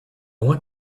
want